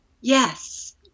Yes